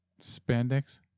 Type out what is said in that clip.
Spandex